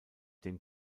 dem